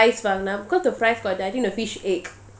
fries got the I think the fish egg